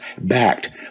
backed